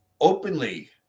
openly